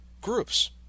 groups